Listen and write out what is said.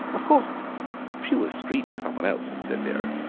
of course she was screening some one else said vera.